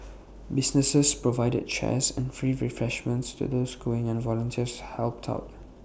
businesses provided chairs and free refreshments to those queuing and volunteers helped out